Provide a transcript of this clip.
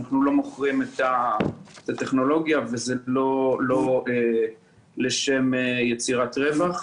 אנחנו לא מוכרים את הטכנולוגיה וזה לא לשם יצירת רווח,